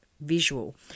visual